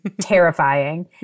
terrifying